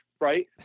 right